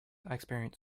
experience